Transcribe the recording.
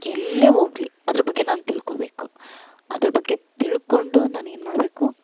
ಎಲ್ಲೇ ಹೋಗಲಿ ಅದ್ರ ಬಗ್ಗೆ ನಾನು ತಿಳ್ಕೋಬೇಕು ಅದ್ರ ಬಗ್ಗೆ ತಿಳ್ಕೊಂಡು ನಾನು ಏನುಮಾಡ್ಬೇಕು